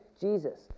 Jesus